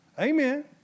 Amen